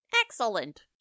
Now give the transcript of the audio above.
Excellent